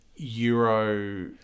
Euro